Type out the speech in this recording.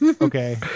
okay